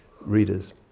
readers